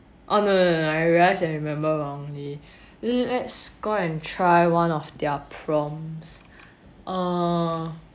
oh no no no no no I realise I remember wrongly let's go and buy one of their prompts err